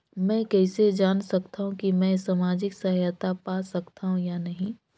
मै कइसे जान सकथव कि मैं समाजिक सहायता पा सकथव या नहीं?